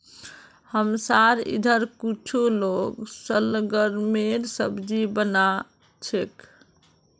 हमसार इधर कुछू लोग शलगमेर सब्जी बना छेक